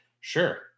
sure